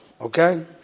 okay